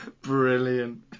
Brilliant